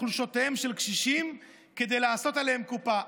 חולשותיהם של קשישים כדי לעשות עליהם קופה".